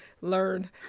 learn